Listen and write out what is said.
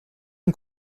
und